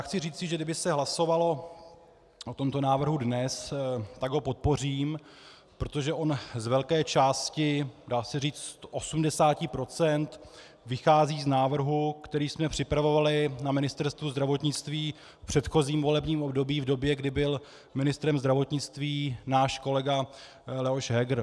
Chci říci, že kdyby se hlasovalo o tomto návrhu dnes, tak ho podpořím, protože on z velké části, dá se říci z osmdesáti procent, vychází z návrhu, který jsme připravovali na Ministerstvu zdravotnictví v předchozím volebním období v době, kdy byl ministrem zdravotnictví náš kolega Leoš Heger.